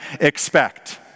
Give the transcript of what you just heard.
expect